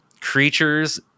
creatures